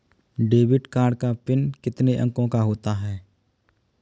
Debit card का PIN कितने अंकों का होता है?